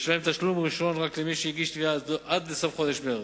לשלם תשלום ראשון רק למי שהגיש תביעה עד לסוף חודש מרס.